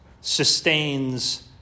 sustains